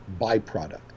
byproduct